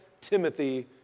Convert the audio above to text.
Timothy